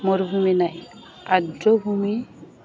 মৰুভূমি নাই আদ্ৰভূমি